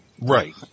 Right